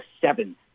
seven